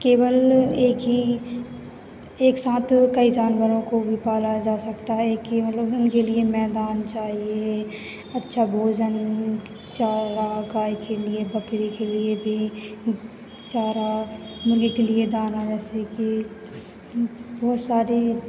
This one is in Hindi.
केवल एक ही एक साथ कई जानवरों को भी पाला जा सकता है एक ही मतलब उनके लिए मैदान चाहिए अच्छा भोजन चारा गाय के लिए बकरी के लिए भी चारा मुर्गी के लिए दाना जैसे कि बहुत सारे